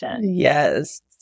Yes